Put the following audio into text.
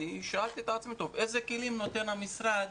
שאלתי את עצמי, איזה כלים נותן המשרד